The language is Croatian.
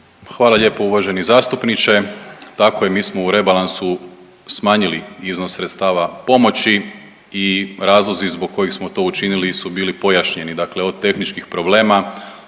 Hvala lijepo uvaženi zastupniče. Tako je, mi smo u rebalansu smanjili iznos sredstava pomoći i razlozi zbog kojih smo to učinili su bili pojašnjeni, dakle od tehničkih problema